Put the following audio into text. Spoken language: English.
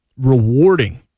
rewarding